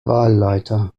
wahlleiter